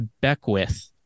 Beckwith